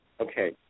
Okay